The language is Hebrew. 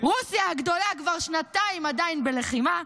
רוסיה הגדולה כבר שנתיים עדיין בלחימה,